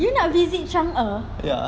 you nak visit chang'e